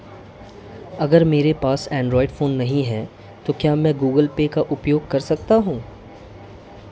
अगर मेरे पास एंड्रॉइड फोन नहीं है तो क्या मैं गूगल पे का उपयोग कर सकता हूं?